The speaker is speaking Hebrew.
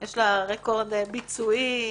יש לה רקורד ביצועי